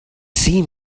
see